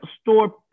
store